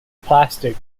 plastic